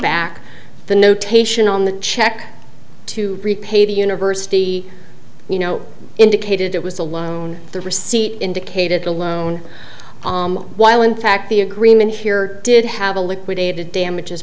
back the notation on the check to repay the university you know indicated it was a loan the receipt indicated a loan while in fact the agreement here did have a liquidated damages